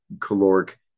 caloric